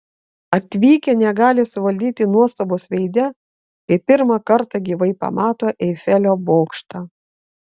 atvykę negali suvaldyti nuostabos veide kai pirmą kartą gyvai pamato eifelio bokštą